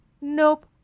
nope